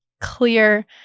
clear